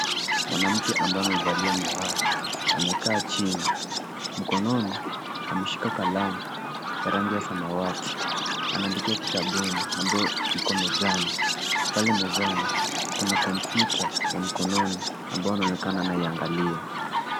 Mwanamke ambaye amevalia miwani amekaa chini, mkononi ameshika kalamu rangi ya samawati anaandika kitabuni ambayo iko mezani. Pale mezani kuna kompyuta ya mkononi ambayo inaonekana anaiangalia.